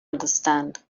understand